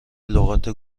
لغات